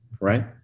right